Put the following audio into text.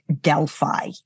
Delphi